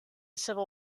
civil